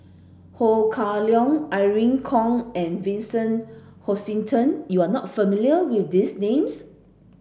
Ho Kah Leong Irene Khong and Vincent Hoisington you are not familiar with these names